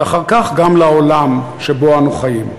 ואחר כך גם לעולם שבו אנו חיים.